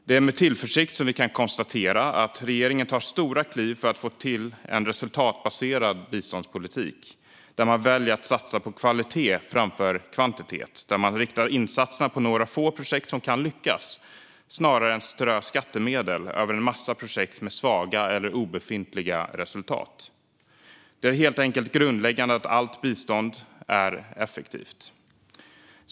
Det är med tillförsikt vi kan konstatera att regeringen tar stora kliv för att få till en resultatbaserad biståndspolitik, där man väljer att satsa på kvalitet framför kvantitet och riktar insatserna på några få projekt som kan lyckas snarare än att strö skattemedel över en massa projekt med svaga eller obefintliga resultat. Det är helt enkelt grundläggande att allt bistånd är effektivt.